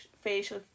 facial